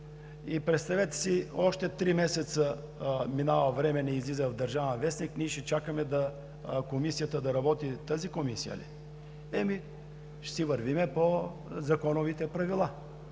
представете си още три месеца минава време и не излиза в „Държавен вестник“, ние ще чакаме да работи тази Комисия ли? Ами ще си вървим по законовите правила,